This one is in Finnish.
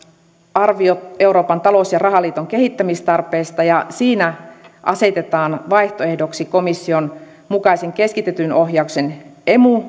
arvio euroopan talous ja rahaliiton kehittämistarpeista ja siinä asetetaan vaihtoehdoksi komission mukaisesti keskitetyn ohjauksen emu